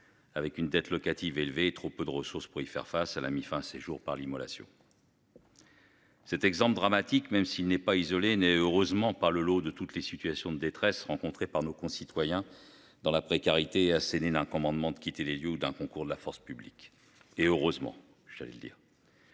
Avec une dette locative élevée et trop peu de ressources pour y faire face à la mis fin à ses jours par l'immolation. Cet exemple dramatique, même s'il n'est pas isolé n'est heureusement pas le lot de toutes les situations de détresse rencontrées par nos concitoyens dans la précarité Séléna commandement de quitter les lieux d'un concours de la force publique et heureusement j'allais le dire.